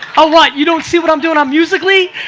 oh what? you don't see what i'm doin' on musical ly?